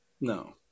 No